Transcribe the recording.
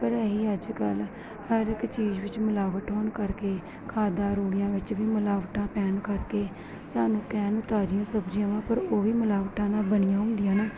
ਪਰ ਅਸੀਂ ਅੱਜ ਕੱਲ ਹਰ ਇੱਕ ਚੀਜ਼ ਵਿੱਚ ਮਿਲਾਵਟ ਹੋਣ ਕਰਕੇ ਖਾਦਾ ਰੋੜੀਆਂ ਵਿੱਚ ਵੀ ਮਿਲਾਵਟਾਂ ਪੈਣ ਕਰਕੇ ਸਾਨੂੰ ਕਹਿਣ ਨੂੰ ਤਾਜੀਆਂ ਸਬਜ਼ੀਆਂ ਵਾ ਪਰ ਉਹ ਵੀ ਮਿਲਾਵਟਾਂ ਨਾਲ ਬਣੀਆਂ ਹੁੰਦੀਆਂ ਨਾ